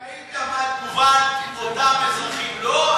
ראית מה הייתה התגובה של אותם אזרחים: לא,